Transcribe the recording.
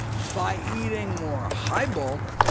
by eating more high-bulk,